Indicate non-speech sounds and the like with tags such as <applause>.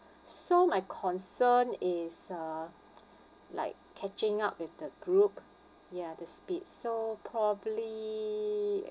so my concern is uh <noise> like catching up with the group ya the speed so probably